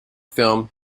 film